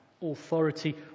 authority